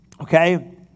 okay